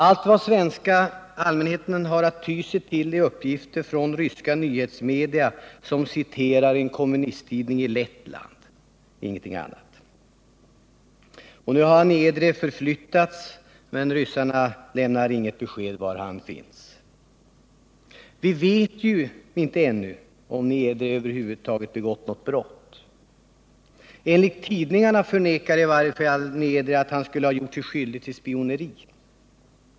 Allt vad den svenska allmänheten har att ty sig till är uppgifter från ryska nyhetsmedia som citerar en kommunisttidning i Lettland, ingenting annat. Nu har Niedre förflyttats, men ryssarna lämnar inget besked om var han finns. Vi vet ju inte ännu om Niedre över huvud taget har begått något brott. Enligt tidningarna förnekar i varje fall Niedre att han skulle ha gjort sig skyldig till spioneri.